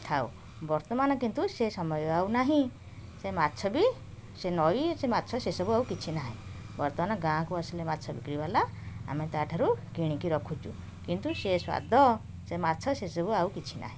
ଖାଉ ବର୍ତ୍ତମାନ କିନ୍ତୁ ସେ ସମୟ ଆଉ ନାହିଁ ସେ ମାଛ ବି ସେ ନଇ ସେ ମାଛ ସେ ସବୁ ଆଉ କିଛି ନାହିଁ ବର୍ତ୍ତମାନ ଗାଁକୁ ଆସିଲେ ମାଛ ବିକ୍ରି ବାଲା ଆମେ ତା'ଠାରୁ କିଣିକି ରଖୁଛୁ କିନ୍ତୁ ସେ ସ୍ୱାଦ ସେ ମାଛ ସେ ସବୁ ଆଉ କିଛି ନାହିଁ